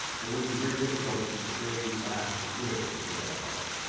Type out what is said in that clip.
or would it be very difficult to train, slash live with a deaf dog?